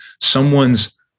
someone's